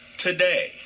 Today